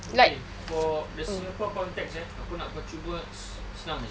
okay for singapore context eh aku nak percuma senang jer